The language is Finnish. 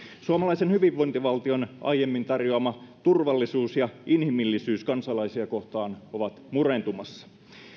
suomalaisen hyvinvointivaltion aiemmin tarjoamat turvallisuus ja inhimillisyys kansalaisia kohtaan ovat murentumassa